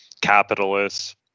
capitalists